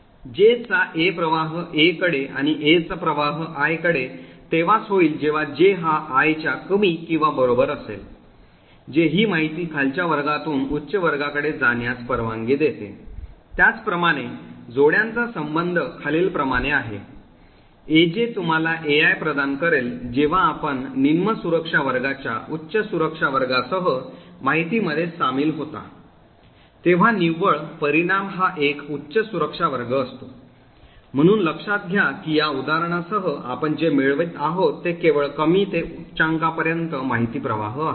J चा A प्रवाह A कडे आणि A चा प्रवाह I कडे तेव्हाच होईल जेव्हा J हा I च्या कमी किंवा बरोबर असेल जे ही माहिती खालच्या वर्गातून उच्च वर्गाकडे जाण्यास परवानगी देते त्याचप्रकारे जोड्यांचा संबंध खालीलप्रमाणे आहे AJ तुम्हाला AI प्रदान करेल जेव्हा आपण निम्न सुरक्षा वर्गाच्या उच्च सुरक्षा वर्गासह माहिती मध्ये सामील होता तेव्हा निव्वळ परिणाम हा एक उच्च सुरक्षा वर्ग असतो म्हणून लक्षात घ्या की या उदाहरणासह आपण जे मिळवित आहोत ते केवळ कमी ते उच्चांपर्यंत माहिती प्रवाह आहे